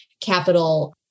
capital